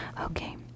Okay